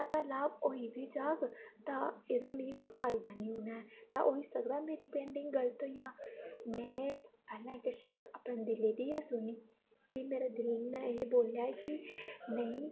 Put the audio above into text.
तां लाह् होई बी जाह्ग तां एह्दा मिगी कोई फायदा निं होना ऐ ते होई सकदा मेरी पेंटिंग गल्त होई जा में पैह्लें किश अपने दिलै दी गै सुनी प्ही मेरे दिलै नै एह् बोल्लेआ की नेईं